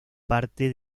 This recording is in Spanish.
parte